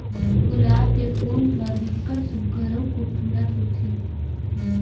गुलाब के फूल ह बिकट सुग्घर अउ खुबसूरत होथे